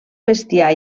bestiar